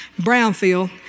Brownfield